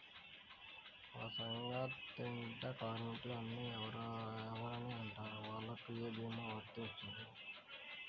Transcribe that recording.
అసంగటిత కార్మికులు అని ఎవరిని అంటారు? వాళ్లకు ఏ భీమా వర్తించుతుంది?